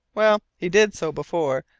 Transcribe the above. well, he did so before,